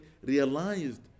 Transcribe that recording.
realized